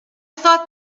thought